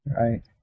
Right